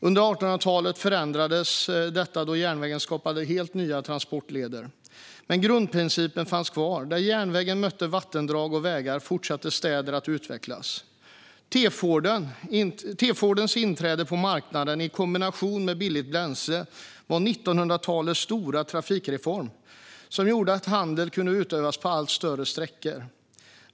Under 1800-talet förändrades detta då järnvägen skapade helt nya transportleder, men grundprincipen fanns kvar: Där järnvägen mötte vattendrag och vägar fortsatte städerna att utvecklas. T-Fordens inträde på marknaden i kombination med billigt bränsle var 1900-talets stora trafikreform, som gjorde att handel kunde utövas på allt större sträckor.